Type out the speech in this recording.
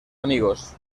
amigos